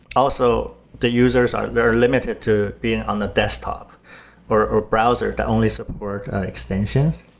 also, the users are very limited to being on the desktop or browser that only support extensions.